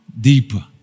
deeper